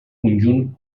conjunt